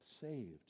saved